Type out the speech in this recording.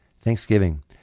Thanksgiving